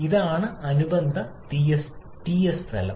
ഇതാണ് അനുബന്ധ Ts തലം